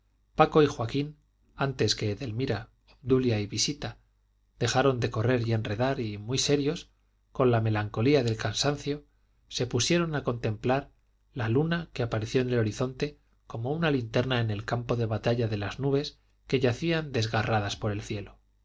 paco y joaquín antes que edelmira obdulia y visita dejaron de correr y enredar y muy serios con la melancolía del cansancio se pusieron a contemplar la luna que apareció en el horizonte como una linterna en el campo de batalla de las nubes que yacían desgarradas por el cielo